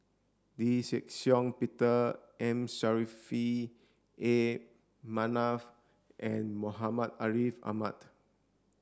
Lee Shih Shiong Peter M Saffri A Manaf and Muhammad Ariff Ahmad